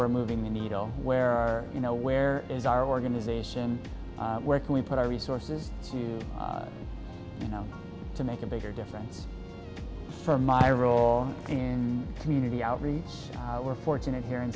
we're moving the needle where are you know where is our organization where can we put our resources you know to make a bigger difference for my role in community outreach we're fortunate here in